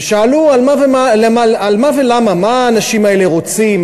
ושאלו על מה ולמה, מה האנשים האלה רוצים?